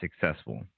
successful